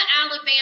Alabama